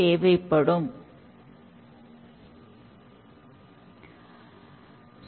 Pair programming என்பது அனைத்து கோடுகளும் இரண்டு புரோகிராமர்களால் ஒரே கணிணியில் எழுதப்படுவது